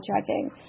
checking